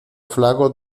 flaco